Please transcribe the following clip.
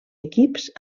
equips